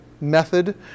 method